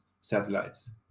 satellites